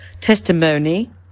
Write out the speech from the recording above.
testimony